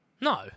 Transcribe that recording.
No